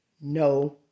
no